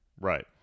Right